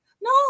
No